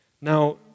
Now